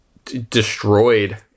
destroyed